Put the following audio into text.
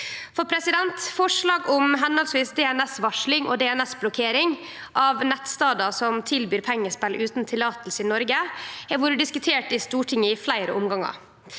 regjeringa. Forslag om høvesvis DNS-varsling og DNS-blokkering av nettstader som tilbyr pengespel utan løyve i Noreg, har vore diskutert i Stortinget i fleire omgangar.